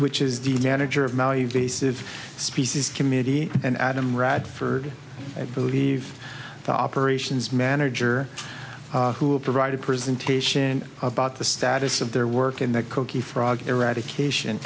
which is the manager of maui base of species committee and adam radford i believe the operations manager who provide a presentation about the status of their work in the cookie frog eradication